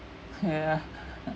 yeah